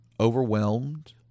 overwhelmed